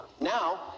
Now